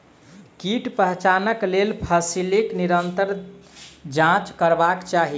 कीट पहचानक लेल फसीलक निरंतर जांच करबाक चाही